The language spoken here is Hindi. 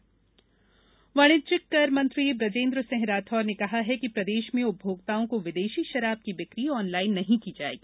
विदेशी शराब ऑनलाइन वाणिज्यक कर मंत्री ब्रजेन्द्र सिंह राठौर ने कहा है कि प्रदेश में उपभोक्ताओं को विदेशी शराब की बिकी ऑनलाइन नहीं की जाएगी